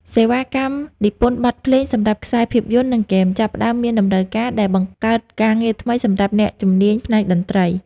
សេវាកម្មនិពន្ធបទភ្លេងសម្រាប់ខ្សែភាពយន្ត និងហ្គេម ចាប់ផ្តើមមានតម្រូវការ ដែលបង្កើតការងារថ្មីសម្រាប់អ្នកជំនាញផ្នែកតន្ត្រី។